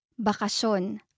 Bakason